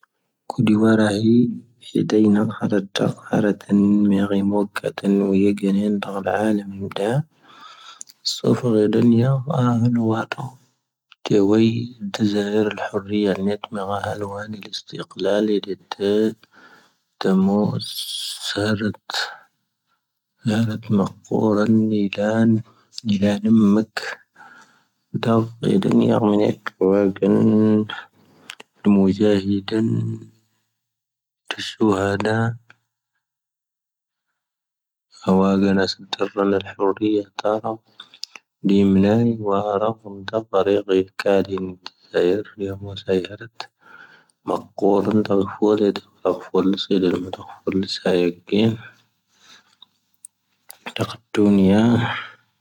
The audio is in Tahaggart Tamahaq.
ⴽⵓⴷⵓ ⵡⴰⵔⴰⵀⵉ ⵀⵉ ⴷⴰⵉⵏⴰⵜ ⵡⴰⵔⴰ ⵊⴰⵓⵀⴰⵔⴰⵜ ⵉⵏⴷⴰⵍ ⴰⵍⴰⵉⵎⵉⵏ ⴷⵓⴳⵀⴰⵍ ⵙⵓⴼⵔⴰ ⴷⵓⵏⵢⴰ cⵡⴰⵀⵉⵏ ⵡⴰⵜⵓⴽ ⵜⴰⵣⴰⵀⵉⵔⵉⵜ ⵎⴰ ⴰⵏ ⵡⴰⵍⵉⵏ ⵉⵇⵍⴰⵍⵉ ⵜⴰⵎⵓⵀⵉⵙ ⵙⴰⵔⴰⵜ ⵙⴰⵔⴰⵜ ⵎⴰⵇⵇⵓⵔⴰⵏ ⵏⵉⴷⵏ ⵉⵍⴰⵀⵉⵎ ⵎⴰⴽ ⴷⵓⵎⴰⵀⵊⵉⴰⵀⴰⵜⴰⵏ ⴷⴰ ⵙⵀⵓⵀⴰⴷⴰ ⵀⵓⵔⵔⴻⵢⴰⵜⴰⵏ ⵎⴰⴽⴽⵓⵔⴰⵏ ⵜⴰⴽⴰⴷⴷⵓⵏⵢⴰ.